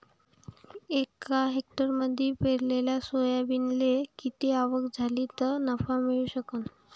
एका हेक्टरमंदी पेरलेल्या सोयाबीनले किती आवक झाली तं नफा मिळू शकन?